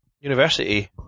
university